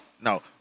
No